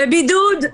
בבידוד.